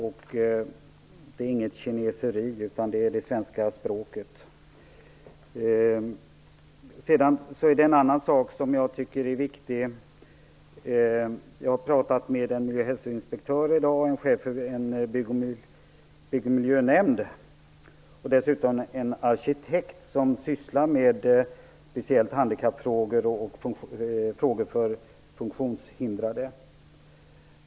Det är inte fråga om kineseri utan svenska språket. Det finns en annan sak som jag tycker är viktig i sammanhanget. Jag har talat med en miljö och hälsoskyddsinspektör i dag, en chef för bygg och miljönämnd och dessutom med en arkitekt som sysslar med speciellt handikappfrågor och frågor gällande funktionshindrade.